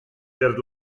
per